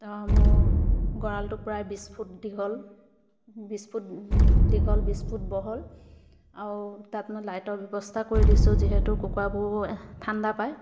তাৰ মোৰ গঁৰালটো প্ৰায় বিছ ফুট দীঘল বিছ ফুট দীঘল বিছ ফুট বহল আৰু তাত মই লাইটৰ ব্যৱস্থা কৰি দিছোঁ যিহেতু কুকুৰাবোৰে ঠাণ্ডা পায়